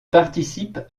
participe